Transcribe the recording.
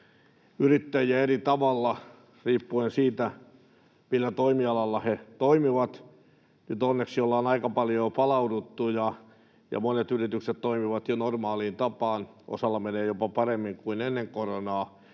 yrittäjiä eri tavalla riippuen siitä, millä toimialalla he toimivat. Nyt onneksi ollaan aika paljon jo palauduttu ja monet yritykset toimivat jo normaaliin tapaan, osalla menee jopa paremmin kuin ennen koronaa.